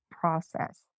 process